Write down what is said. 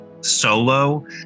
solo